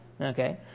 okay